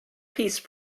peace